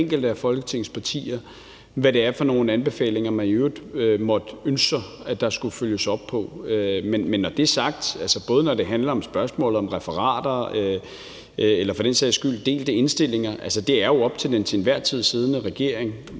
enkelte af Folketingets partier – hvad det er for nogle anbefalinger, man i øvrigt måtte ønske sig at der skulle følges op på. Men når det er sagt, så er det jo, både når det handler om spørgsmålet om referater eller for den sags skyld delte indstillinger, op til den til enhver tid siddende regering,